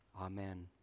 Amen